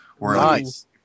Nice